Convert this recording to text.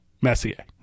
Messier